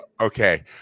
okay